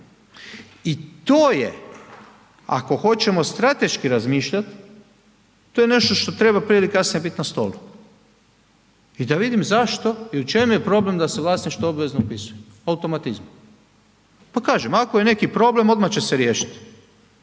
I to je ako hoćemo strateški razmišljati, to je nešto to treba prije ili kasnije bit na stolu i da vidim zašto i u čem je problem da se vlasništvo obvezno upisuje, po automatizmu. Pa kažem, ako je neki problem, odmah će se riješiti,